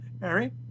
Mary